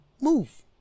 move